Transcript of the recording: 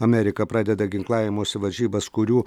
amerika pradeda ginklavimosi varžybas kurių